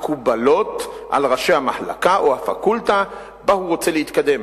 המקובלות על ראשי המחלקה או הפקולטה שבה הוא רוצה להתקדם.